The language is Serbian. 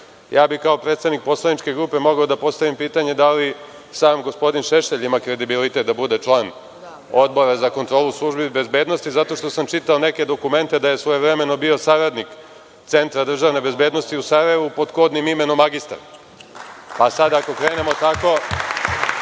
ja bih kao predsednik poslaničke grupe mogao da postavim pitanje da li sam gospodin Šešelj ima kredibilitet da bude član Odbora za kontrolu službi bezbednosti zato što sam čitao neke dokumente da je svojevremeno bio saradnik Centra državne bezbednosti u Sarajevu, pod kodnim imenom „magistar“, sada ako krenemo tako